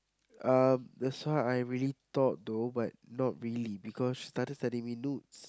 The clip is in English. um that's why I really thought though but not really because she started sending me nudes